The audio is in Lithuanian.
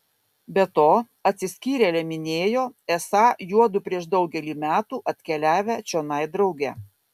be to atsiskyrėlė minėjo esą juodu prieš daugelį metų atkeliavę čionai drauge